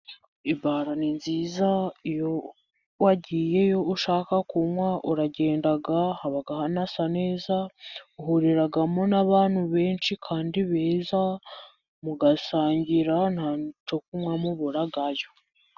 Ibara ni nziza, iyo wagiyeyo ushaka kunywa, uragenda ,haba hasa neza, uhuriramo n'abantu benshi kandi beza , mugasangira nta cyo kunywa muburayo.